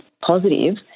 positive